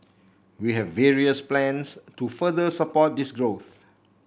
we have various plans to further support this growth